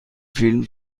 فیلم